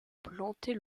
planter